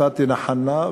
פאתנה חנא,